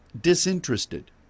disinterested